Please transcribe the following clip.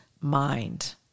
mind